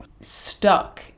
stuck